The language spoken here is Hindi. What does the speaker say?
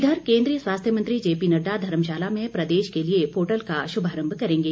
इधर केंद्रीय स्वास्थ्य मंत्री जेपी नड्डा धर्मशाला में प्रदेश के लिए पोर्टल का शुभारंभ करेंगे